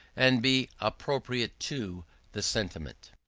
and be appropriate to the sentiment.